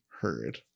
heard